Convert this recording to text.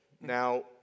Now